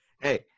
Hey